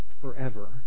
forever